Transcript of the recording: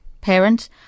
parent